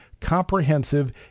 comprehensive